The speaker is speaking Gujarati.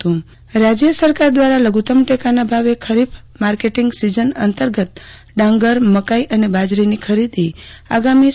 આરતી ભટ્ટ રાજ્ય સરકાર દ્વારા લધુત્તમ ટેકાના ભાવે ખરીફ માર્કેટીંગ સીઝન અંતર્ગત ડાંગર મકાઇ અને બાજરીની ખરીદી આગામી તા